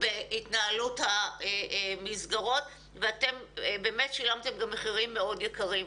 בהתנהלות המסגרות ואתם שילמתם מחירים מאוד יקרים.